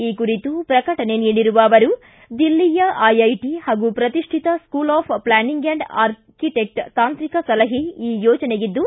ಈ ಕುರಿತು ಪ್ರಕಟಣೆ ನೀಡಿರುವ ಅವರು ದಿಲ್ಲಿಯ ಐಐಟ ಹಾಗೂ ಪ್ರತಿಷ್ಠಿತ ಸ್ಕೂಲ್ ಆಫ್ ಪ್ಲಾನಿಂಗ್ ಆಂಡ್ ಆರ್ಕಿಟೆಕ್ಟ್ನ ತಾಂತ್ರಿಕ ಸಲಹೆ ಈ ಯೋಜನೆಗಿದ್ದು